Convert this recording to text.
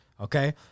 Okay